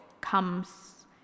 comes